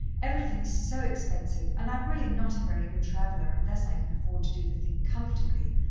everything is so expensive, and i'm really not a very good traveller unless i can afford to do the thing comfortably,